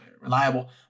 reliable